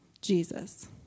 Jesus